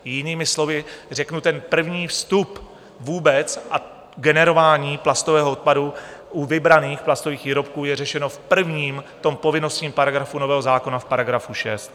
Jinými slovy řeknu, první vstup vůbec a generování plastového odpadu u vybraných plastových výrobků je řešeno v prvním povinnostním paragrafu nového zákona, v § 6.